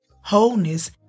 Wholeness